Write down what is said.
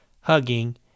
hugging